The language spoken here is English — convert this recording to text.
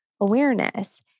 awareness